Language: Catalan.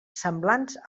semblants